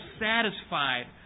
satisfied